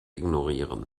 ignorieren